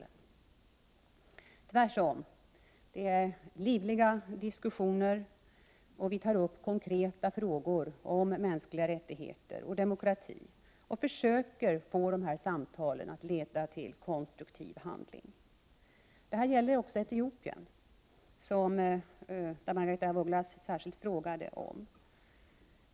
Det är tvärtom livliga diskussioner om konkreta frågor vad gäller mänskliga rättigheter och demokrati. Vi försöker få dessa samtal att leda till konstruktiv handling. Detta gäller också Etiopien, som Margaretha af Ugglas särskilt frågade om.